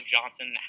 Johnson